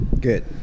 Good